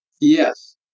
Yes